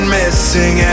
missing